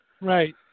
Right